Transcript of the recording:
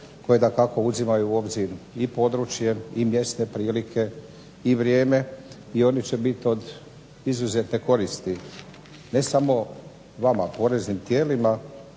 koje dakako uzimaju u obzir i područje i mjesne prilike i vrijeme i oni će bit od izuzetne koristi ne samo vama poreznim tijelima